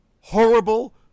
horrible